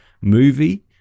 movie